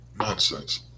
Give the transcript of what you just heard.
nonsense